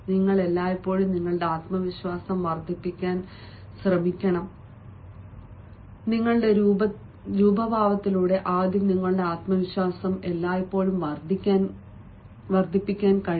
നിങ്ങൾക്ക് എല്ലായ്പ്പോഴും നിങ്ങളുടെ ആത്മവിശ്വാസം വർദ്ധിപ്പിക്കാൻ കഴിയും നിങ്ങളുടെ രൂപഭാവത്തിലൂടെ ആദ്യം നിങ്ങളുടെ ആത്മവിശ്വാസം എല്ലായ്പ്പോഴും വർദ്ധിപ്പിക്കാൻ കഴിയും